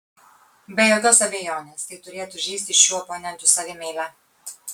be jokios abejonės tai turėtų žeisti šių oponentų savimeilę